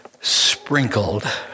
sprinkled